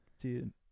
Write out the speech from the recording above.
Dude